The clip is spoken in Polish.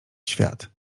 świat